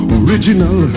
original